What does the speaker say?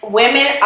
women